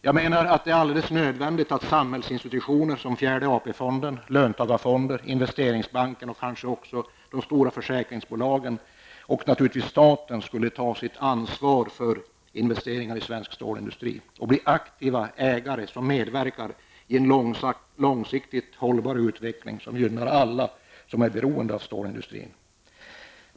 Jag menar att det är alldeles nödvändigt att samhällsinstitutioner såsom fjärde AP-fonden, löntagarfonden, Investeringsbanken, de stora försäkringsbolagen liksom naturligtvis även staten tar sitt ansvar för investeringar i svensk stålindustri och blir aktiva ägare som medverkar i en långsiktigt hållbar utveckling som gynnar alla som är beroende av stålindustrin.